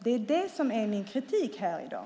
Det är det som är min kritik här i dag.